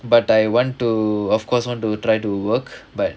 but I want to of course want to try to work but